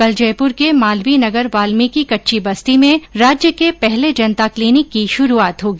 कल जयपुर के मालवीय नगर वाल्मिकी कच्ची बस्ती में राज्य के पहले जनता क्लिनिक की शुरुआत होगी